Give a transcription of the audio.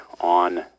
on